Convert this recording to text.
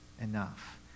enough